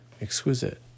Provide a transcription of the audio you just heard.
exquisite